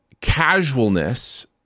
casualness